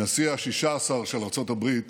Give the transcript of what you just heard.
הנשיא ה-16 של ארצות הברית